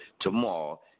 tomorrow